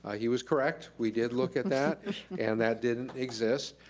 ah he was correct. we did look at that and that didn't exist.